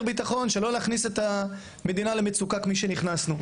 ביטחון כדי לא להכניס את המדינה למצוקה אלינו נכנסנו.